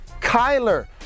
kyler